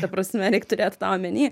ta prasme reik turėt tą omeny